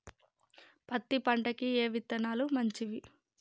పత్తి పంటకి ఏ విత్తనాలు మంచివి?